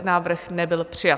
Návrh nebyl přijat.